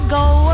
go